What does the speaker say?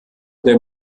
der